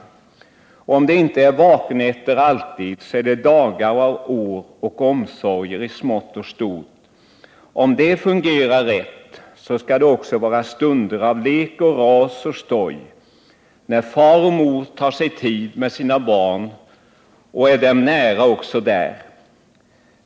Om det inte är vaknätter alltid så är det dagar och år av omsorg i smått och stort. Om det fungerar rätt skall det också vara stunder av lek och ras och stoj när far och mor tar sig tid med sina barn och är dem nära också där.